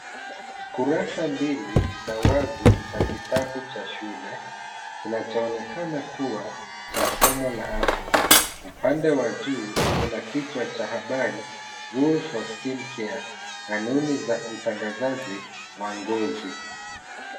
Kurasa mbili za wazi za kitabu cha shule kinachoonekana kuwa cha somo la afya. Upande wa juu kuna kichwa cha habari, rules for skin care . Kanuni za utangazaji wa ngozi.